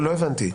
לא הבנתי.